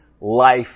life